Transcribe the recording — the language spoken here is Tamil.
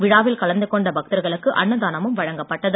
விழாவில் கலந்துகொண்ட பக்தர்களுக்கு அன்னதானமும் வழங்கப்பட்டது